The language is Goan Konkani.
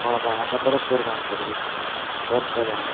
आं ओबय आता परत करता न्हू सरवीस वर्स जालें न्हू